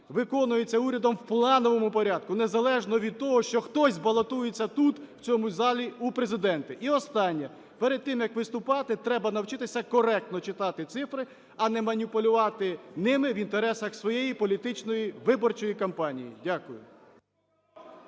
виконуються урядом у плановому порядку, незалежно від того, що хто балотується тут в цьому залі в Президенти. І останнє. Перед тим, як виступати, треба навчитися коректно читати цифри, а не маніпулювати ними в інтересах своєї політичної виборчої кампанії. Дякую.